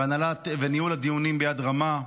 ועל ניהול הדיונים ביד רמה,